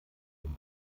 dem